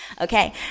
Okay